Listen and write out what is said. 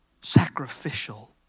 Sacrificial